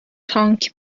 تانک